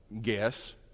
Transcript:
guess